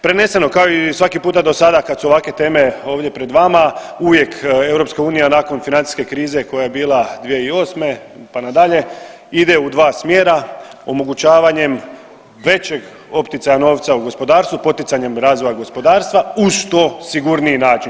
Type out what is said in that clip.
Preneseno kao i svaki puta dosada kad su ovakve teme ovdje pred vama uvijek EU nakon financijske krize koja je bila 2008. pa nadalje ide u dva smjera omogućavanjem većeg opticaja novca u gospodarstvu, poticanjem razvoja gospodarstva uz što sigurniji način.